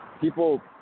People